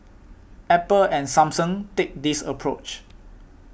Apple and Samsung take this approach